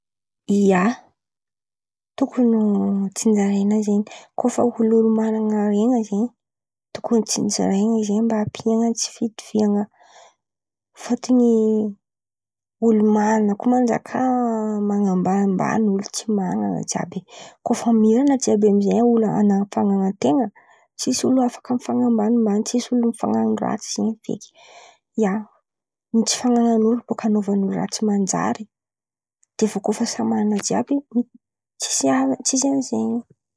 Ia, tokony tsinjarain̈a izen̈y koa fa olo olo manana haren̈a zen̈y tokony tsinjarain̈a zen̈y, mba ampian̈a ny tsy fitovian̈a fôtony olo manan̈a koa manjàka man̈ambanimban̈y olo tsy man̈an̈a jiàby; koa fa mirana jiàby amizay olo an̈a fanan̈an-ten̈a tsisy olo afaka mifan̈ambanimbany, tsisy olo mifan̈ano ratsy zen̈y feky. Ia ny tsy fan̈an̈an'olo bàka an̈ovan'olo raha tsy manjary de bôka koa fa man̈ana jiàby tsisy an'izen̈y.